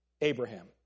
Abraham